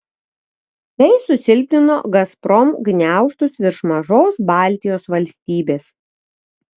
tai susilpnino gazprom gniaužtus virš mažos baltijos valstybės